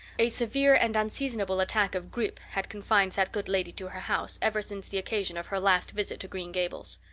a severe and unseasonable attack of grippe had confined that good lady to her house ever since the occasion of her last visit to green gables.